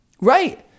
right